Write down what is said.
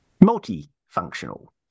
Multi-functional